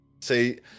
see